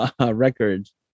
records